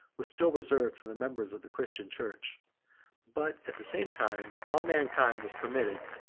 was still reserved for the members of the christian church but at the same time all mankind was permitted,